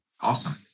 Awesome